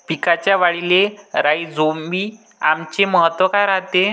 पिकाच्या वाढीले राईझोबीआमचे महत्व काय रायते?